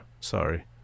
sorry